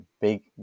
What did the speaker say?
big